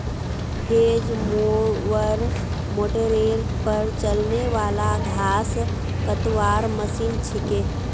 hedge mower मोटरेर पर चलने वाला घास कतवार मशीन छिके